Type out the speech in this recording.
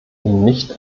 nicht